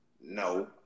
No